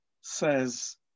says